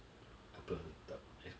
apa tak explain sikit